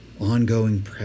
ongoing